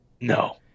no